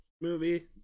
movie